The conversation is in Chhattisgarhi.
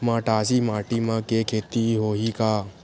मटासी माटी म के खेती होही का?